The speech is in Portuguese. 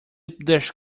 pudesse